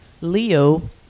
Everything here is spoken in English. Leo